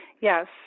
Yes